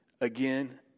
again